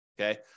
Okay